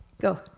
go